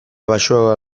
baxuagoa